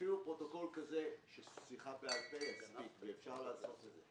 אפילו פרוטוקול כזה של שיחה בעל-פה יספיק ואפשר לעשות את זה.